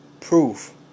Proof